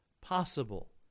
possible